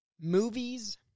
movies